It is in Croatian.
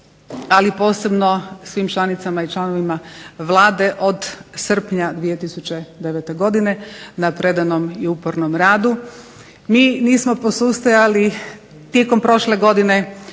ali posebno svim članicama i članovima Vlade od srpnja 2009. godine na predanom i upornom radu. Mi nismo posustajali tijekom prošle godine